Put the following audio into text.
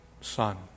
Son